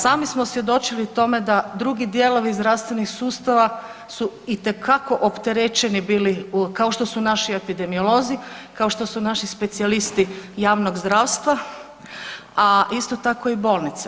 Sami smo svjedočili tome da drugi dijelovi zdravstvenih sustava su itekako opterećeni bili u, kao što su naši epidemiolozi, kao što su naši specijalisti javnog zdravstva, a isto tako i bolnice.